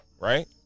Right